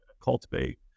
cultivate